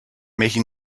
making